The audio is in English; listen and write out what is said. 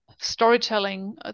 storytelling